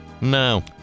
No